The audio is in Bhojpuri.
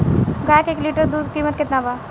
गाय के एक लीटर दूध कीमत केतना बा?